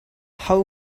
how